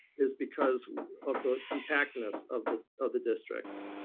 is because of the compactness of the of the districts,